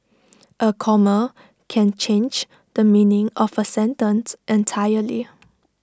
A comma can change the meaning of A sentence entirely